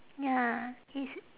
ya it's